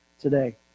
today